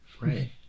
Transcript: Right